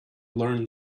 learn